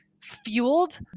fueled